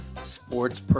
sports